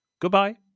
Goodbye